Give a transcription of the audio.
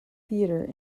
theatre